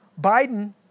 Biden